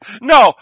No